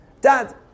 Dad